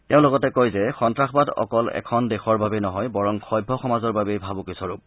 তেওঁ লগতে কয় সন্ত্ৰাসবাদ অকল এখন দেশৰ বাবেই নহয় বৰং সভ্য সমাজৰ বাবেই ভাবুকিস্বৰূপ